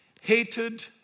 hated